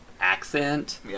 accent